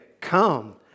Come